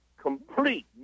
complete